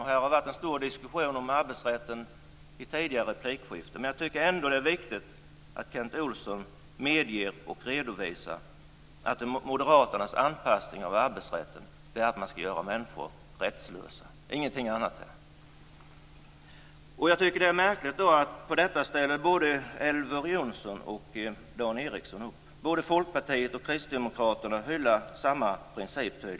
Det har varit en stor diskussion om arbetsrätten i tidigare replikskiften, men det är viktigt att Kent Olsson medger och redovisar att moderaternas anpassning av arbetsrätten närmast är att göra människor rättslösa, ingenting annat. Det märkliga är att på detta ställer både Elver Kristdemokraterna hyllar tydligen samma princip.